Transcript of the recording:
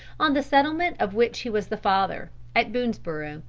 on the settlement of which he was the father, at boonesborough,